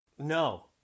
No